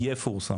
יפורסם.